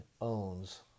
owns